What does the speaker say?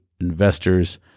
investors